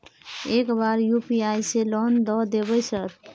एक बार यु.पी.आई से लोन द देवे सर?